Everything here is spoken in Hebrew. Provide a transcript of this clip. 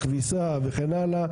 כביסה וכן הלאה,